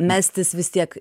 mestis vis tiek